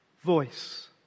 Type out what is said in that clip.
voice